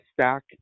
stack